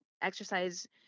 Exercise